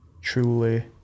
truly